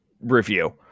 review